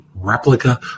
replica